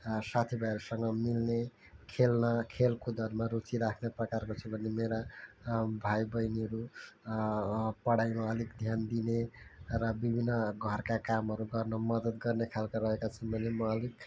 साथीभाइहरूसँग खेल्न खेलकुदहरूमा रुचि राख्ने प्रकारको छु भने मेरा भाइबहिनीहरू पढाइमा अलिक ध्यान दिने र विभिन्न घरका कामहरू गर्न मद्दत गर्नेखाल्का रहेका छन् भने म अलिक